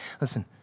Listen